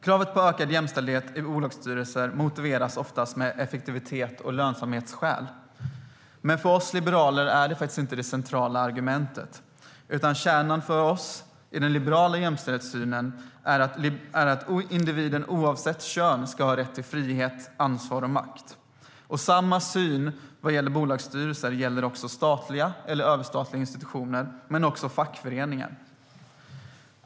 Kravet på ökad jämställdhet i bolagsstyrelser motiveras oftast med effektivitets och lönsamhetsskäl. För oss liberaler är dock detta inte det centrala argumentet, utan kärnan för oss med den liberala jämställdhetssynen är att individen oavsett kön ska ha rätt till frihet, ansvar och makt. Samma syn vad gäller bolagsstyrelser gäller också statliga eller överstatliga institutioner, och även fackföreningar.